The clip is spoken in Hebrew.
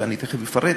ואני תכף אפרט,